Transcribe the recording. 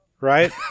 right